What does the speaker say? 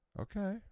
Okay